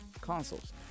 consoles